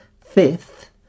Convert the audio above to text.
Fifth